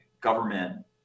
government